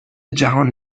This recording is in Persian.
جهان